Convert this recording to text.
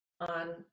on